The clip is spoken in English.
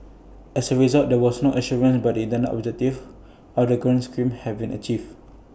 as A result there was no assurance but intended objectives of the grant schemes had been achieved